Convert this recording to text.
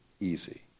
easy